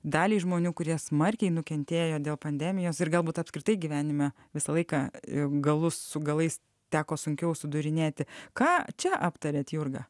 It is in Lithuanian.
daliai žmonių kurie smarkiai nukentėjo dėl pandemijos ir galbūt apskritai gyvenime visą laiką galus su galais teko sunkiau sudarinėti ką čia aptarėt jurga